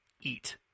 eat